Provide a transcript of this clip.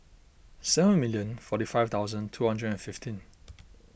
seven million forty five thousand two hundred and fifteen